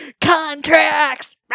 Contracts